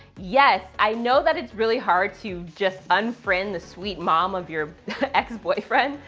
yes, i know that it's really hard to just unfriend the sweet mom of your ex boyfriend,